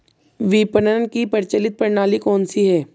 विपणन की प्रचलित प्रणाली कौनसी है?